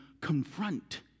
confront